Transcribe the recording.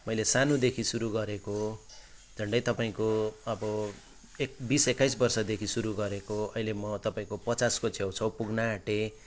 मैले सानोदेखि सुरू गरेको झन्डै तपाईँको अब एक बिस एक्काइस वर्षदेखि सुरु गरेको अहिले म तपाईँको पचासको छेउछाउ पुग्न आँटेँ